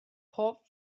pob